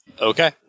Okay